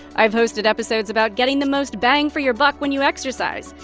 i've hosted episodes about getting the most bang for your buck when you exercise,